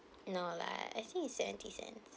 no lah actually is seventy cents